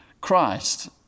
Christ